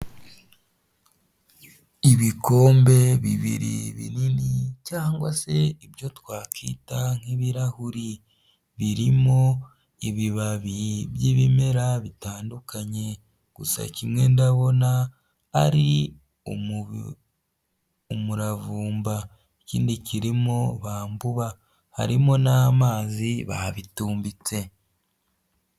Ibikombe bibiri binini cyangwa se ibyo twakwita nk'ibirahuri, birimo ibibabi by'ibimera bitandukanye, gusa kimwe ndabona ari umuravumba, ikindi kirimo bambuwa, harimo n'amazi babitumbitse.